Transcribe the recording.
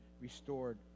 restored